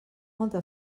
molta